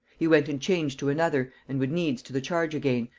he went and changed to another, and would needs to the charge again,